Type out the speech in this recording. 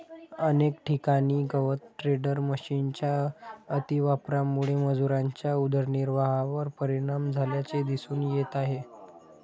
अनेक ठिकाणी गवत टेडर मशिनच्या अतिवापरामुळे मजुरांच्या उदरनिर्वाहावर परिणाम झाल्याचे दिसून येत आहे